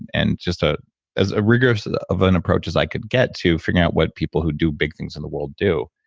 and just ah as rigorous of an approach as i could get to figuring out what people who do big things in the world do.